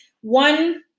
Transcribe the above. One